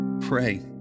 Pray